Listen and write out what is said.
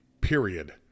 period